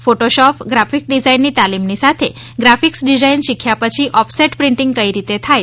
Photoshop graphic ડિઝાઇનની તાલીમની સાથે ગ્રાફિક્સ ડિઝાઇન શીખ્યા પછી ઓફસેટ પ્રિન્ટીંગ કઈ રીતે થાય છે